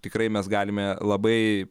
tikrai mes galime labai